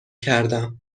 کردم